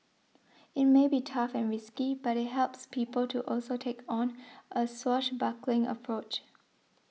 it may be tough and risky but it helps people to also take on a swashbuckling approach